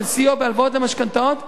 של סיוע בהלוואות למשכנתאות,